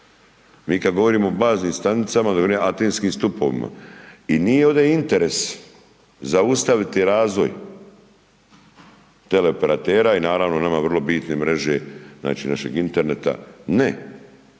Mi kad govorimo o baznim stanicama, govorimo o antenskim stupovima i nije ovdje interes zaustaviti razvoj teleoperatera i naravno nama vrlo bitne mreže, znači našeg interneta, ne